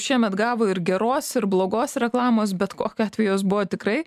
šiemet gavo ir geros ir blogos reklamos bet kokiu atveju jos buvo tikrai